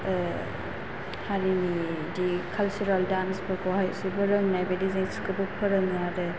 हारिनि बिदि कालसारेल दान्स फोरखौ हाय बिसोरबो रोंनाय बायदि जों बिसोरखौ फोरोङाे आरो